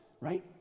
right